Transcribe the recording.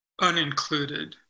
unincluded